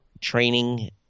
training